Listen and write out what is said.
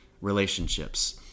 relationships